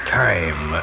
time